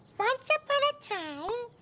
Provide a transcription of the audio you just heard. once upon a time,